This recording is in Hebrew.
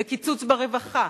קיצוץ ברווחה,